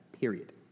period